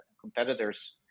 competitors